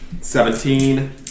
Seventeen